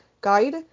guide